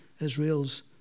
Israel's